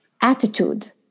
attitude